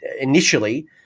initially